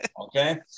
Okay